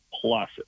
plus